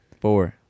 four